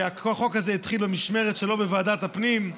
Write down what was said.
שהחוק הזה התחיל במשמרת שלו בוועדת הפנים,